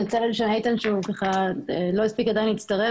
איתן לא הספיק להצטרף.